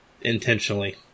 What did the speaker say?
intentionally